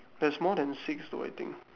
there's more than six though I think